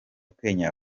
kenya